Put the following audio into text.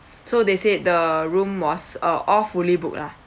so they said the room was uh all fully booked lah